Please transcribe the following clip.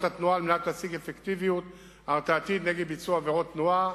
התנועה כדי להשיג אפקטיביות הרתעתית נגד ביצוע עבירות תנועה.